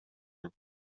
and